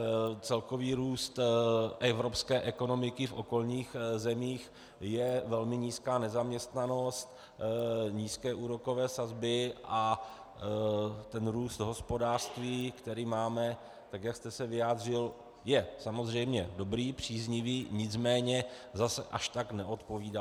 Díky celkovému růstu evropské ekonomiky v okolních zemích je velmi nízká nezaměstnanost, nízké úrokové sazby a ten růst hospodářství, který máme, tak jak jste se vyjádřil, je samozřejmě dobrý, příznivý, nicméně zase až tak tomu neodpovídá.